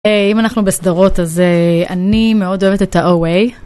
אם אנחנו בסדרות אז אני מאוד אוהבת את האו-איי.